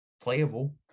playable